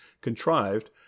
contrived